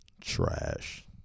Trash